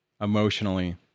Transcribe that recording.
emotionally